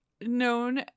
known